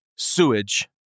Sewage